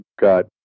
got